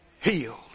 healed